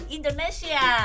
Indonesia